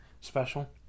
special